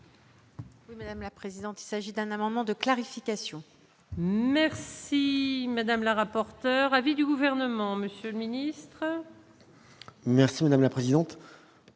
Madame la présidente, il s'agit d'un amendement de clarification. Merci madame la rapporteure avis du gouvernement, Monsieur le ministre. Merci, on aime la présidente,